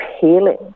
healing